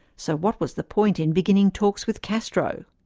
so what was the point in beginning talks with castro?